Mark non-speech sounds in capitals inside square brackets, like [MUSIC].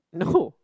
no [LAUGHS]